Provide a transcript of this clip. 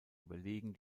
überlegen